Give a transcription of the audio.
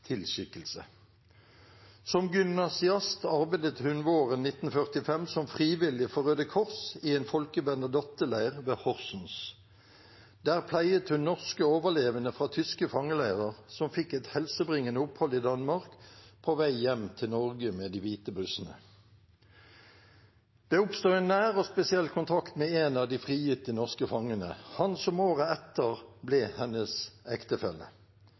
Som gymnasiast arbeidet hun våren 1945 som frivillig for Røde Kors i en Folke Bernadotte-leir ved Horsens. Der pleiet hun norske overlevende fra tyske fangleire, som fikk et helsebringende opphold i Danmark på vei hjem til Norge med de hvite bussene. Det oppstår en nær og spesiell kontakt med én av de frigitte norske fangene – han som året etter ble hennes ektefelle.